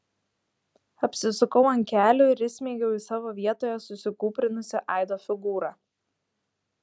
apsisukau ant kelių ir įsmeigiau į savo vietoje susikūprinusią aido figūrą